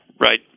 Right